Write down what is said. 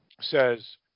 says